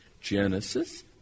Genesis